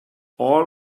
all